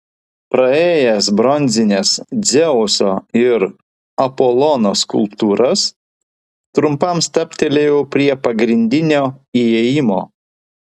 praėjęs bronzines dzeuso ir apolono skulptūras trumpam stabtelėjau prie pagrindinio įėjimo